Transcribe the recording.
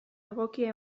egokia